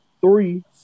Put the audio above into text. three